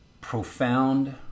profound